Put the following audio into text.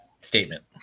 statement